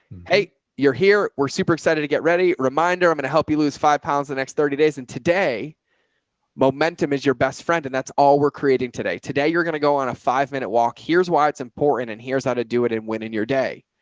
hey, you're here. we're super excited to get ready reminder. i'm going to help you lose five pounds in the next thirty days. and today momentum is your best friend, and that's all we're creating today. today. you're going to go on a five minute walk. here's why it's important and here's how to do it. and when in your day,